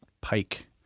Pike